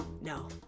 No